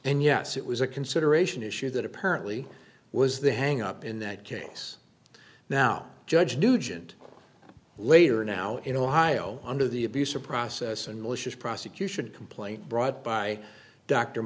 and yes it was a consideration issue that apparently was the hang up in that case now judge nugent later now in ohio under the abuse of process and malicious prosecution complaint brought by d